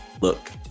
look